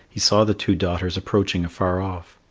he saw the two daughters approaching afar off.